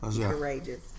courageous